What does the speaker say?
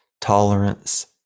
tolerance